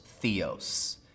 theos